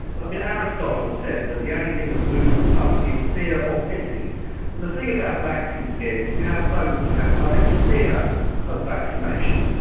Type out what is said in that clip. but mean aristotle said that the only thing that moves the public is fear or pity. and the thing about vaccine scares is you have both. you have public fear of vaccination,